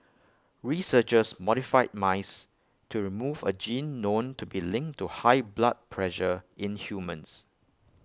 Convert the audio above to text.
researchers modified mice to remove A gene known to be linked to high blood pressure in humans